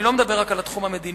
אני לא מדבר רק על התחום המדיני,